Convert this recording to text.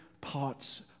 parts